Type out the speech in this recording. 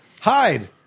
hide